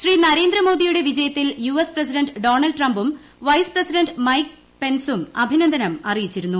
ശ്രീ നരേന്ദ്രമോദിയുടെ വിജയത്തിൽ U S president Donald ട്രംപും വൈസ് പ്രിസ്റ്റിസ് മൈക്ക് പെൻസും അഭിനന്ദനം അറിയിച്ചിരുന്നു